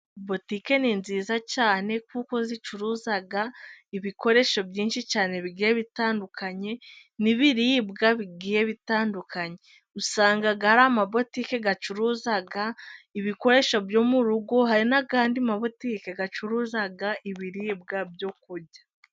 Butike ni nziza cyane kuko zicuruza ibikoresho byinshi cyane bigiye bitandukanye n'ibiribwa bigiye bitandukanye, usanga hari amabutike acuruza ibikoresho byo mu rugo, hari n'andi mabutike acuruza ibiribwa byo kurya.